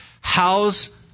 How's